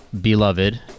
beloved